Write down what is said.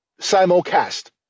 simulcast